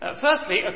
Firstly